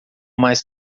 mais